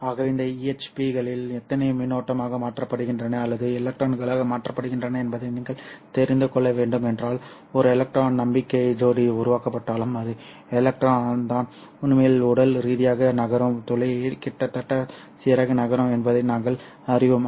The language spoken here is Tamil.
ஆகவே இந்த EHP களில் எத்தனை மின்னோட்டமாக மாற்றப்படுகின்றன அல்லது எலக்ட்ரான்களாக மாற்றப்படுகின்றன என்பதை நீங்கள் தெரிந்து கொள்ள வேண்டும் என்றால் ஒரு எலக்ட்ரான் நம்பிக்கை ஜோடி உருவாக்கப்பட்டாலும் அது எலக்ட்ரான் தான் உண்மையில் உடல் ரீதியாக நகரும் துளை கிட்டத்தட்ட சரியாக நகரும் என்பதை நாங்கள் அறிவோம்